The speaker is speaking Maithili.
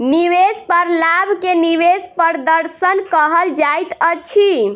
निवेश पर लाभ के निवेश प्रदर्शन कहल जाइत अछि